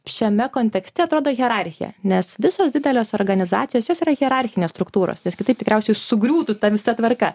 šiame kontekste atrodo hierarchija nes visos didelės organizacijos jos yra hierarchinės struktūros nes kitaip tikriausiai sugriūtų ta visa tvarka